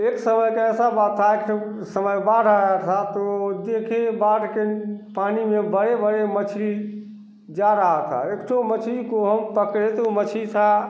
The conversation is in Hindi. एक समय का ऐसा बाथा कु समय बाढ़ आई थी तो देखे बाढ़ के पानी में बड़ी बड़ी मछली जा रही थी एक ठो मछली को हम पकड़े तो मछली सा